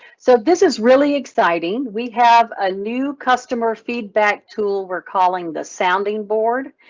so this is really exciting. we have a new customer feedback tool, we're calling the sounding board.